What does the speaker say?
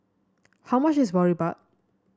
how much is Boribap